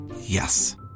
yes